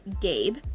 Gabe